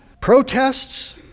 protests